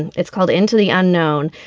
and it's called into the unknown.